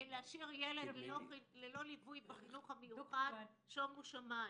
להשאיר ילד ללא ליווי בחינוך המיוחד שומו שמיים.